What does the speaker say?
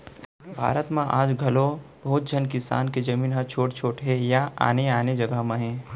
भारत म आज घलौ बहुत झन किसान के जमीन ह छोट छोट हे या आने आने जघा म हे